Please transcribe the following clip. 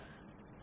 E